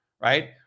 Right